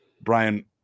Brian